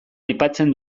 aipatzen